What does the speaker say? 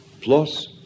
plus